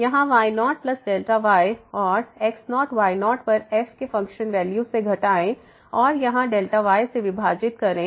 यहाँ y0y और x0y0 पर f के फ़ंक्शन वैल्यू से घटाएं और यहां y से विभाजित करें